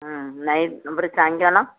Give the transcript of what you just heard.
ம் நைட் அப்புறம் சாயங்காலம்